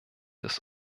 des